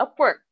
upwork